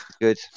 Good